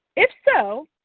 if so,